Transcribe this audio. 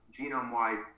genome-wide